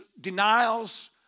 denials